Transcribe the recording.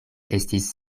estis